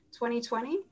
2020